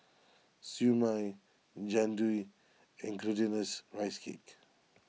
Siew Mai Jian Dui and Glutinous Rice Cake